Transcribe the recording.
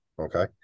Okay